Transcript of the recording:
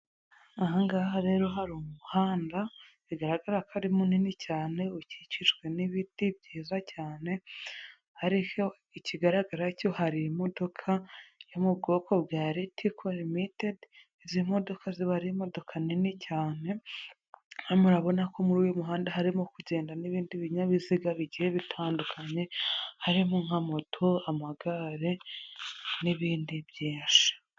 Aha ngaha rero hari umuhanda, bigaragara ko ari munini cyane, ukikijwe n'ibiti, byiza cyane, ariko ikigaragara cyo, hari imodoka yo mu bwoko bwa Ritco limited, izi modoka ziba ari imodoka nini cyane, murabona ko muri uyu muhanda, harimo kugenda n'ibindi binyabiziga bigiye bitandukanye, harimo nka moto, amagare, n'ibindi byinshi.